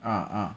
ah ah